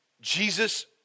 Jesus